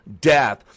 death